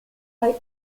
kaj